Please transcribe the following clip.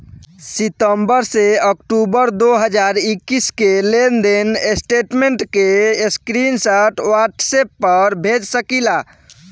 सितंबर से अक्टूबर दो हज़ार इक्कीस के लेनदेन स्टेटमेंट के स्क्रीनशाट व्हाट्सएप पर भेज सकीला?